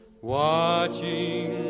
watching